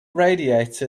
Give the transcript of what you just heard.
radiator